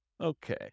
Okay